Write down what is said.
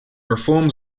reforms